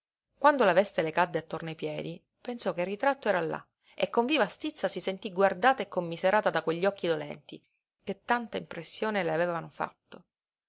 quando la veste le cadde attorno ai piedi pensò che il ritratto era là e con viva stizza si sentí guardata e commiserata da quegli occhi dolenti che tanta impressione le avevano fatto